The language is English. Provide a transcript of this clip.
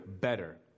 better